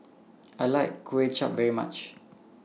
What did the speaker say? I like Kway Chap very much